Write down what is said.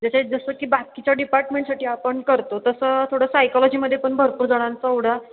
जसे जसं की बाकीच्या डिपार्टमेंटसाठी आपण करतो तसं थोडं सायकॉलॉजीमध्ये पण भरपूर जणांचा ओढा